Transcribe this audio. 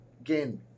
Again